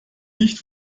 nicht